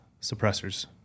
suppressors